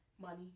money